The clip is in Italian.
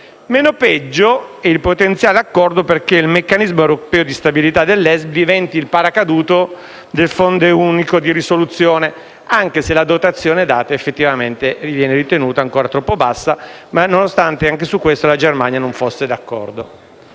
Meno peggio il potenziale accordo perché il meccanismo europeo di stabilità dell'ESM diventi il paracadute del Fondo di risoluzione unico, anche se la dotazione data effettivamente viene ritenuta ancora troppo bassa, nonostante, anche su questo, la Germania non fosse d'accordo.